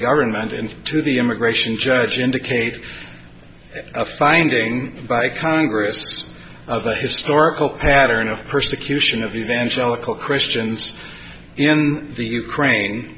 government and to the immigration judge indicate a finding by congress of the historical pattern of persecution of evangelical christians in the ukraine